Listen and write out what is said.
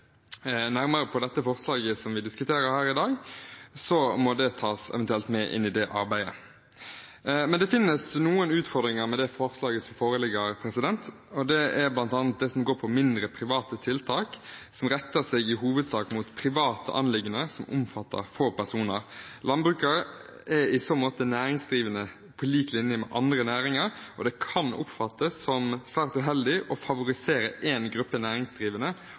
nærmere på dette forslaget som vi diskuterer her i dag, må det eventuelt tas med inn i det arbeidet. Men det finnes noen utfordringer med det forslaget som foreligger, og det er bl.a. det som går på mindre, private tiltak som i hovedsak retter seg mot private anliggender som omfatter få personer. Landbruket er i så måte næringsdrivende på lik linje med andre næringer, og det kan oppfattes som svært uheldig å favorisere én gruppe næringsdrivende